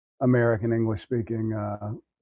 American-English-speaking